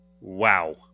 Wow